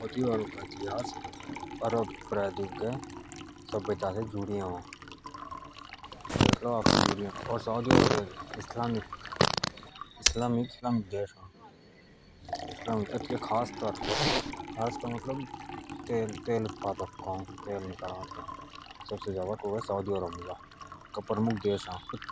Saudi Arab का इतिहास अरब प्रायद्वीप के सभ्यता से जुड़िए अ साउदी अरब एक इस्लामिक देश अ एतके खास कर तेल उत्पादक